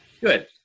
Good